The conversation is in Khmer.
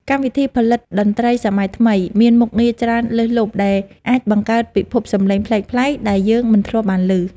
កម្មវិធីផលិតតន្ត្រីសម័យថ្មីមានមុខងារច្រើនលើសលប់ដែលអាចបង្កើតពិភពសំឡេងប្លែកៗដែលយើងមិនធ្លាប់បានឮ។